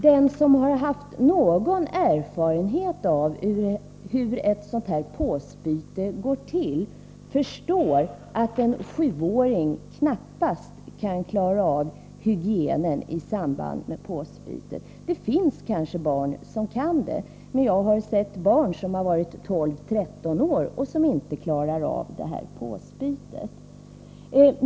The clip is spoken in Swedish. Den som har någon erfarenhet av hur ett sådant här påsbyte går till förstår att en sjuåring knappast kan klara av hygienen i samband med påsbytet. Det finns kanske barn som kan det, men jag har sett barn som har varit tolv tretton år och som inte klarar av det här påsbytet.